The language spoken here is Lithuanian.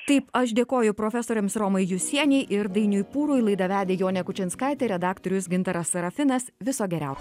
taip aš dėkoju profesoriams romai jusienei ir dainiui pūrui laidą vedė jonė kučinskaitė redaktorius gintaras sarafinas viso geriausio